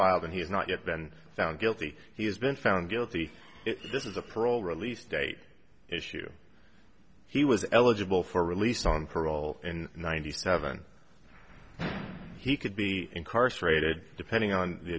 filed and he has not yet been found guilty he has been found guilty this is a parole release date issue he was eligible for release on parole in ninety seven he could be incarcerated depending on the